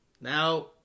Now